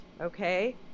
okay